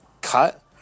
cut